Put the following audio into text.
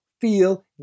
feel